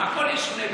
הכול ישתנה,